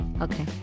Okay